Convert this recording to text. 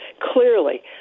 clearly